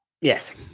Yes